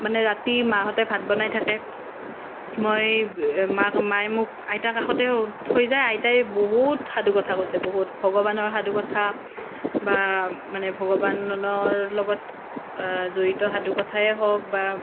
মানে ৰাতি মাহঁতে ভাত বনাই থাকে মই মাক মা মায়ে মোক আইতা কাষতে থৈ যায় আইতাই বহুত সাধু কথা কৈছে বহুত ভগৱানৰ সাধুকথা বা মানে ভগৱানৰ লগত জড়িত সাধুকথায়ে হওক বা